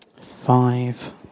Five